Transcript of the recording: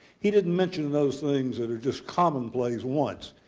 he didn't mention those things that are just common place once.